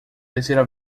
terceira